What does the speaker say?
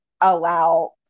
allow